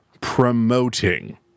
promoting